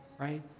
right